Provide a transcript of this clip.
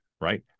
right